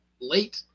late